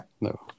No